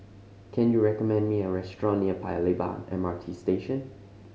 can you recommend me a restaurant near Paya Lebar M R T Station